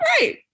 Right